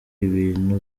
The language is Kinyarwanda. ibintu